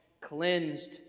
cleansed